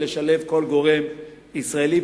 לשלב כל גורם ישראלי,